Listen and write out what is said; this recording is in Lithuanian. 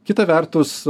kita vertus